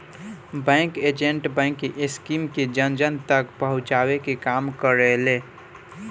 bank agent banking scheme के जन जन तक पहुंचावे के काम करेले